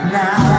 now